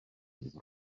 bydd